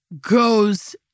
goes